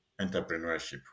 entrepreneurship